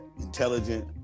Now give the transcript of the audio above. intelligent